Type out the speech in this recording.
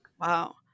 Wow